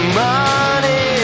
money